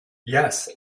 yes